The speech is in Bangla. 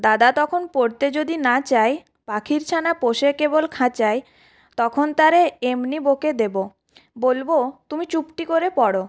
দাদা তখন পড়তে যদি না চায় পাখির ছানা পোষে কেবল খাঁচায় তখন তারে এমনি বকে দেব বলবো তুমি চুপটি করে পড়ো